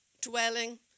dwelling